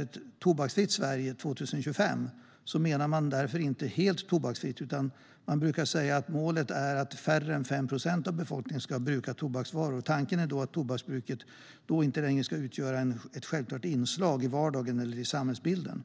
ett tobaksfritt Sverige 2025 menar man därför inte helt tobaksfritt, utan man brukar säga att målet är att färre än 5 procent av befolkningen ska bruka tobaksvaror. Tanken är att tobaksbruk då inte längre ska utgöra ett självklart inslag i vardagen eller samhällsbilden.